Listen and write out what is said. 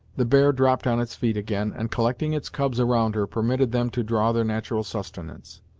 the bear dropped on its feet again, and collecting its cubs around her, permitted them to draw their natural sustenance.